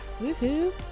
Woohoo